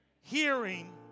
hearing